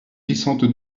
glissante